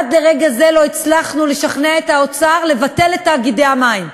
אך עד לרגע זה לא הצלחנו לשכנע את האוצר לבטל את תאגידי המים,